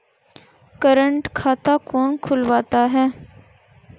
Current खाता कौन खुलवाता है?